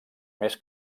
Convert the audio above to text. més